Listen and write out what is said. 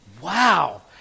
Wow